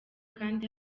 kandi